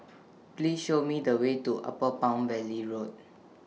Please Show Me The Way to Upper Palm Valley Road